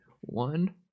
One